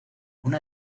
una